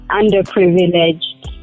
underprivileged